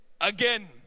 again